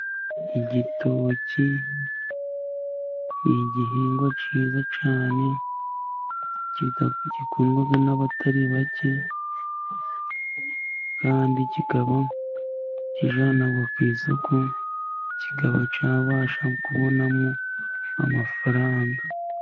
Igitoki ni igihingwa cyiza cyane, gikundwa n'abatari bake, kandi kikaba kijyanwa ku isoko, kikaba cyabasha kubonamo amafaranga.